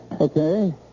Okay